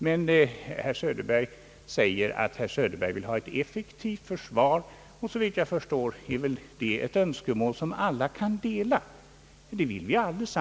Herr Söderberg säger att han vill ha ett effektivt försvar. Såvitt jag förstår är det ett önskemål som vi alla kan dela.